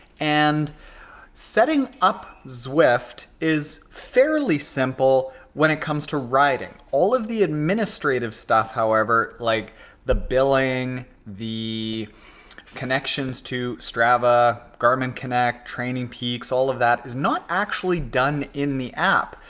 and setting up zwift is fairly simple when it comes to riding. all of the administrative stuff, however, like the billing, the connections to strava, garmin connect, training peaks, all of that, is not actually done in the app.